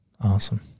Awesome